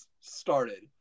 started